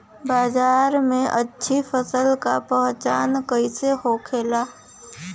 बाजार में अच्छी फसल का पहचान कैसे होखेला?